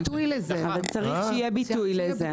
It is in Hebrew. צריך שיהיה ביטוי לזה.